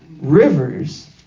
rivers